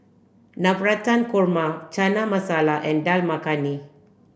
Navratan Korma Chana Masala and Dal Makhani